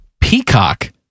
peacock